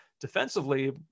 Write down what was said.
defensively